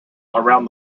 around